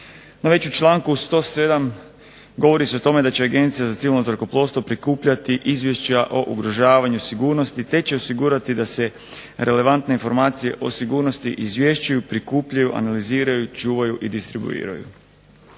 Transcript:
No već u članku 107. govori se o tome da će Agencija za civilno zrakoplovstvo prikupljati izvješća o ugrožavanju sigurnosti te će osigurati da se relevantne informacije o sigurnosti izvješćuju, prikupljaju, analiziraju, čuvaju i distribuiraju.